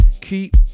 keep